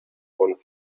one